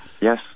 Yes